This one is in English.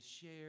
share